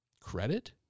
credit